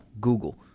Google